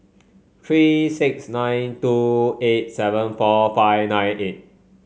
three six nine two eight seven four five nine eight